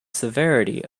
severity